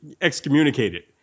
excommunicated